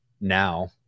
now